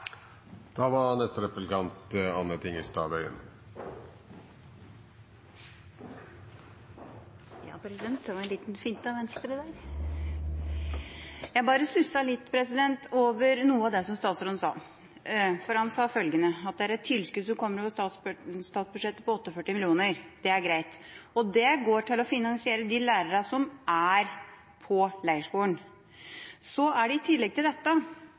Det var en liten finte av Venstre der. Jeg bare stusset litt over noe av det som statsråden sa. Han sa følgende, at det er et tilskudd på 48 mill. kr som kommer over statsbudsjettet. Det er greit. Det går til å finansiere lærerne på leirskolen. I tillegg sender kommunene med sine lærere, altså klassens lærere. Og den tredje delen av finansieringa er det altså foreldregruppa som står for i